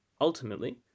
ultimately